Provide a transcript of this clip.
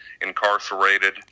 incarcerated